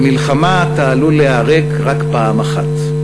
במלחמה אתה עלול להיהרג רק פעם אחת,